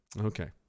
Okay